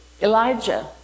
Elijah